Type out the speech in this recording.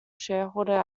shareholder